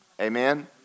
Amen